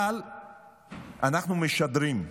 אבל אנחנו משדרים,